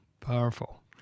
Powerful